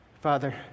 Father